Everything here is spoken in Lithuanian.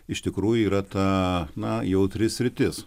iš tikrųjų yra ta na jautri sritis